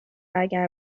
اگر